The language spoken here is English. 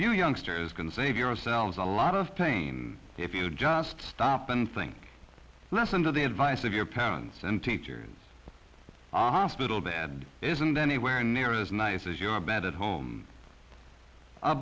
you youngsters can save yourselves a lot of pain if you just stop and think listen to the advice of your parents and teachers on hospital bed isn't anywhere near as nice as your bed at home